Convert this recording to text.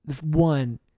One